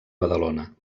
badalona